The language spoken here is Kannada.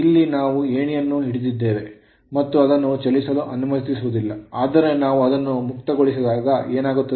ಇಲ್ಲಿ ನಾವು ಈ ಏಣಿಯನ್ನು ಹಿಡಿದಿದ್ದೇವೆ ಮತ್ತು ಅದನ್ನು ಚಲಿಸಲು ಅನುಮತಿಸುವುದಿಲ್ಲ ಆದರೆ ನಾವು ಅದನ್ನು ಮುಕ್ತಗೊಳಿಸಿದಾಗ ಏನಾಗುತ್ತದೆ